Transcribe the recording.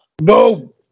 No